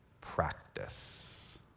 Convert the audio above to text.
practice